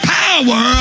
power